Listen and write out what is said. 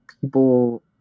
people